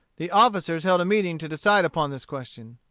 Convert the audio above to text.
the officers held a meeting to decide upon this question.